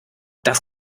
das